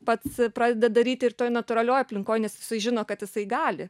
pats pradeda daryti ir toj natūralioj aplinkoj nes jisai žino kad jisai gali